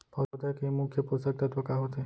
पौधे के मुख्य पोसक तत्व का होथे?